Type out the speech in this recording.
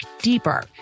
deeper